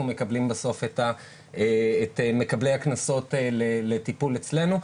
מקבלים בסוף את מקבלי הקנסות לטיפול אצלנו.